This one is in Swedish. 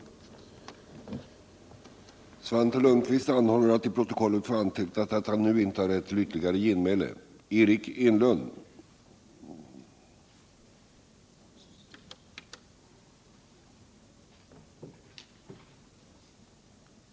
Fredagen den